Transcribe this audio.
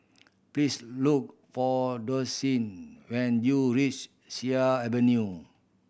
please look for Dossie when you reach Sea Avenue